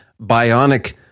bionic